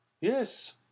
Yes